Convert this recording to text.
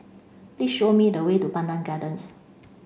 please show me the way to Pandan Gardens